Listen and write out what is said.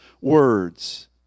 words